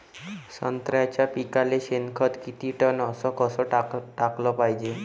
संत्र्याच्या पिकाले शेनखत किती टन अस कस टाकाले पायजे?